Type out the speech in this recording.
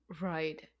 Right